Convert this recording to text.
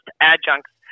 adjuncts